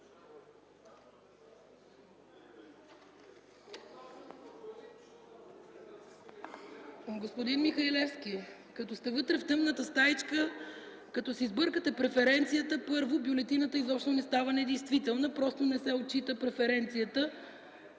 Господин Михалевски, като сте вътре в тъмната стаичка, като си сбъркате преференцията, първо, бюлетината изобщо не става недействителна – просто не се отчита преференцията.